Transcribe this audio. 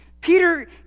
Peter